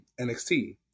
NXT